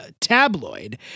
Tabloid